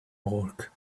work